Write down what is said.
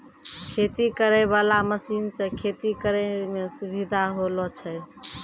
खेती करै वाला मशीन से खेती करै मे सुबिधा होलो छै